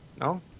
No